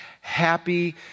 happy